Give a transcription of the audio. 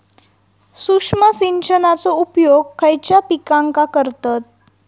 सूक्ष्म सिंचनाचो उपयोग खयच्या पिकांका करतत?